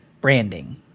branding